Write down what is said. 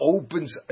opens